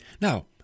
Now